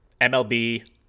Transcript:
MLB